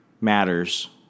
matters